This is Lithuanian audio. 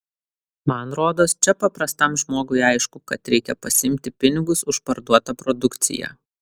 man rodos čia paprastam žmogui aišku kad reikia pasiimti pinigus už parduotą produkciją